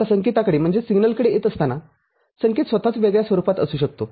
आता संकेताकडे येत असताना संकेत स्वतःच वेगळ्या स्वरूपात असू शकतो